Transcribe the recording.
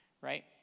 Right